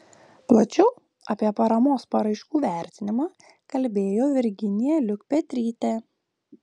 plačiau apie paramos paraiškų vertinimą kalbėjo virginija liukpetrytė